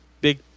big